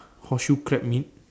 horseshoe crab meat